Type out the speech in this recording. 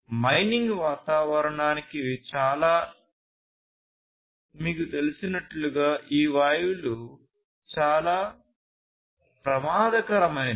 mining వాతావరణానికి ఇవి చాలా మీకు తెలిసినట్లుగా ఈ వాయువులు చాలా ప్రమాదకరమైనవి